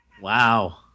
Wow